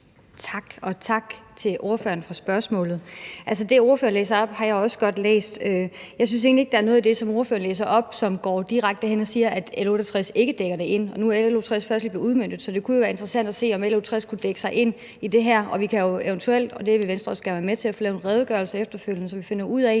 Tak, og tak til ordføreren for spørgsmålet. Det, ordføreren læser op, har jeg også godt læst, men jeg synes sådan set ikke, at der er noget af det, som ordføreren læser op, som ikke er dækket ind af L 68 B. Nu er L 68 B først lige blevet udmøntet, så det kunne jo være interessant at se, om L 68 B kunne dække sig ind under det her, og vi kunne jo eventuelt, hvilket Venstre også gerne vil være med til, få lavet en redegørelse efterfølgende, så vi finder ud af,